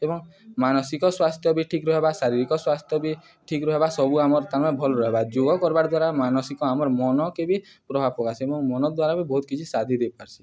ଏବଂ ମାନସିକ ସ୍ୱାସ୍ଥ୍ୟ ବି ଠିକ ରହିବା ଶାରୀରିକ ସ୍ୱାସ୍ଥ୍ୟ ବି ଠିକ୍ ରହିବା ସବୁ ଆମର ତାମେ ଭଲ ରହିବା ଯୋଗ କରବାର୍ ଦ୍ୱାରା ମାନସିକ ଆମର ମନକେ ବି ପ୍ରଭାବ ପକାସି ଏବଂ ମନ ଦ୍ୱାରା ବି ବହୁତ କିଛି ସାଧି ଦେଇପାର୍ସି